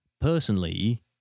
personally